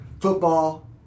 football